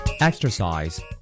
Exercise